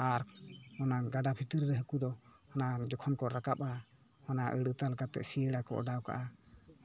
ᱟᱨ ᱚᱱᱟ ᱜᱟᱰᱟ ᱵᱷᱤᱛᱤ ᱨᱮ ᱦᱟᱠᱩ ᱫᱚ ᱚᱱᱟ ᱡᱚᱠᱷᱚᱱ ᱠᱚ ᱨᱟᱠᱟᱵ ᱟ ᱚᱱᱟ ᱟᱹᱲᱟ ᱛᱟᱞᱟᱛᱮ ᱥᱤᱭᱟᱹᱲᱟ ᱠᱚ ᱚᱰᱟᱣ ᱠᱟᱜᱼᱟ